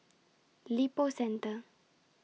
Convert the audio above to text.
Lippo Centre